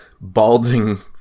balding